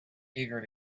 eager